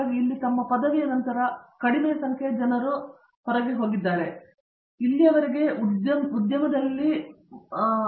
ಹಾಗಾಗಿ ಇಲ್ಲಿ ತಮ್ಮ ಪದವಿಯ ನಂತರ ಕಡಿಮೆ ಸಂಖ್ಯೆಯ ಜನರು ಹೊರಟಿದ್ದಾರೆಂದು ನಿಮಗೆ ತಿಳಿದಿದೆ ಆದರೆ ಇಲ್ಲಿಯವರೆಗೆ ಒತ್ತುವು ಉದ್ಯಮದಲ್ಲಿ ಹೆಚ್ಚಾಗಿತ್ತು